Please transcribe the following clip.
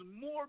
more